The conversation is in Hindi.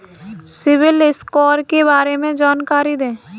सिबिल स्कोर के बारे में जानकारी दें?